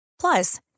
Plus